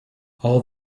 all